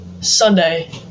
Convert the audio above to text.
Sunday